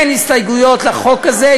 אין הסתייגויות לחוק הזה,